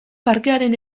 parkearen